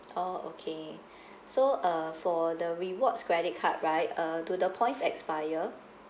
oh okay so uh for the rewards credit card right uh do the points expire